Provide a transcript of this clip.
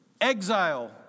exile